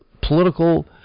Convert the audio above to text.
political